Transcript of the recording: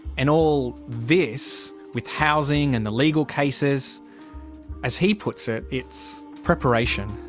and all this with housing and the legal cases as he puts it, it's preparation.